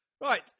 Right